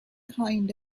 kind